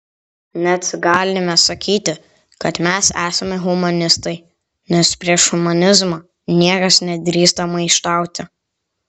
net galime sakyti kad mes esame humanistai nes prieš humanizmą niekas nedrįsta maištauti